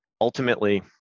Ultimately